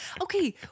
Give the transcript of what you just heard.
Okay